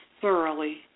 thoroughly